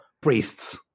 priests